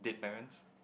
dead parents